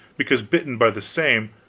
because bitten by the same,